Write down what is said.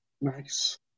nice